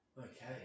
Okay